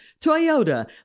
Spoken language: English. Toyota